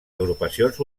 agrupacions